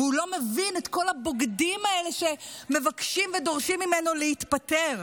והוא לא מבין את כל הבוגדים האלה שמבקשים ודורשים ממנו להתפטר.